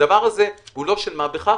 הדבר הזה הוא לא דבר של מה בכך,